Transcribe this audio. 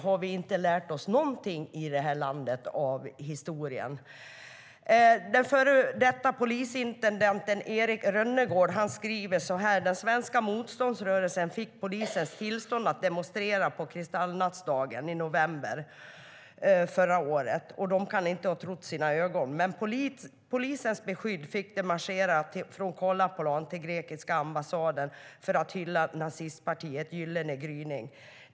Har vi inte lärt oss någonting i det här landet av historien? Den före detta polisintendenten Erik Rönnegård skriver: Svenska motståndsrörelsen fick polisens tillstånd att demonstrera på kristallnattsdagen i november förra året. De kan inte ha trott sina ögon. Med polisens beskydd fick de marschera från Karlaplan till den grekiska ambassaden för att hylla nazistpartiet Gyllene gryning.